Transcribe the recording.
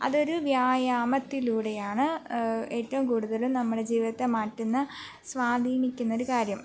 അതൊരു വ്യായാമത്തിലൂടെയാണ് ഏറ്റവും കൂടുതലും നമ്മുടെ ജീവിതത്തെ മാറ്റുന്ന സ്വാധീനിക്കുന്നൊരു കാര്യം